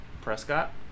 Prescott